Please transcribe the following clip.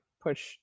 push